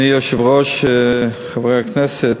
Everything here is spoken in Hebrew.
אדוני היושב-ראש, חברי הכנסת,